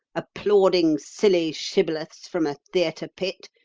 applauding silly shibboleths from a theatre pit,